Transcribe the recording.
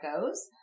goes